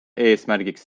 eesmärgiks